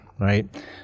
right